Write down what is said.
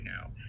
now